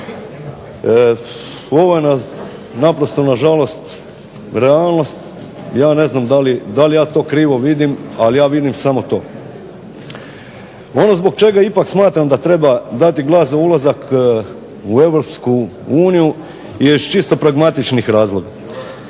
Ovo je naprosto na žalost realnost, ja ne znam da li ja to krivo vidim ali ja vidim samo to. Ono zbog čega ipak smatram da treba dati glas za ulazak u Europsku uniju je iz čisto pragmatičnih razloga.